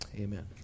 Amen